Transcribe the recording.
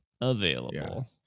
available